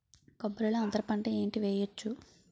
కొబ్బరి లో అంతరపంట ఏంటి వెయ్యొచ్చు?